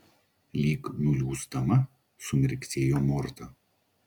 lyg nuliūsdama sumirksėjo morta